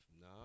No